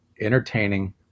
entertaining